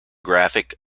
graphic